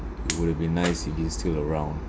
it would have been nice if he's still around